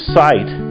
sight